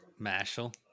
Mashal